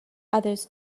others